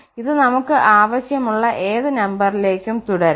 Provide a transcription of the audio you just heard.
ഇത് നമുക്ക് ആവശ്യമുള്ള ഏത് നമ്പറിലേക്കും തുടരാം